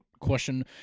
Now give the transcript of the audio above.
question